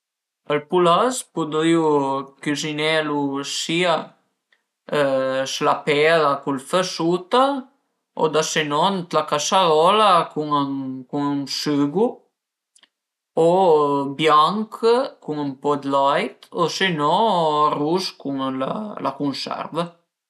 Ël pulast pudrìu cüzinelu sia s'la pela cun ël fö suta o da se no ën la casarola cun ën sügu o bianch cun ën po dë lait o se no al rus cun la cunserva